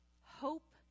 hope